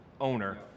owner